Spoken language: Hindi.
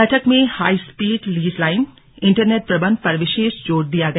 बैठक में हाइस्पीड लीज लाइन इन्टरनेट प्रबन्ध पर विशेष जोर दिया गया